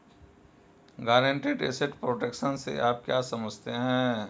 Guaranteed asset protection से आप क्या समझते हैं?